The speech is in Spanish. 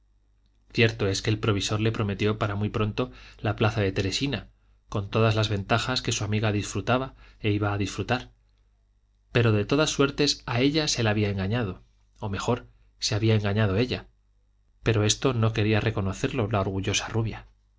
cierto es que el provisor le prometió para muy pronto la plaza de teresina con todas las ventajas que su amiga disfrutaba e iba a disfrutar pero de todas suertes a ella se la había engañado o mejor se había engañado ella pero esto no quería reconocerlo la orgullosa rubia